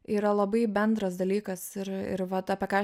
yra labai bendras dalykas ir ir vat apie ką